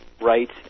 right